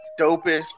dopest